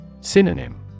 Synonym